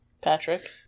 Patrick